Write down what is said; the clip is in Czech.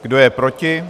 Kdo je proti?